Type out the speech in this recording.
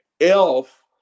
Elf